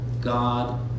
God